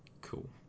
Cool